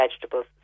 vegetables